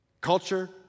Culture